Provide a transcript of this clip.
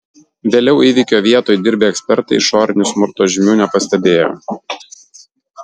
vėliau įvykio vietoj dirbę ekspertai išorinių smurto žymių nepastebėjo